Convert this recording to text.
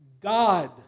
God